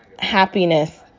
happiness